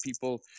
people